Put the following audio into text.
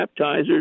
baptizers